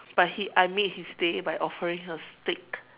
but he I made his day by offering a stick